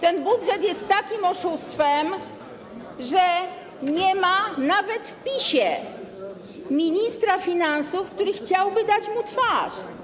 Ten budżet jest takim oszustwem, że nie ma nawet w PiS ministra finansów, który chciałbym dać mu twarz.